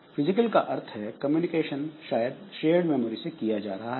physical का अर्थ है कम्युनिकेशन शायद शेयर्ड मेमोरी से किया जा रहा है